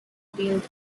field